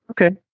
Okay